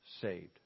saved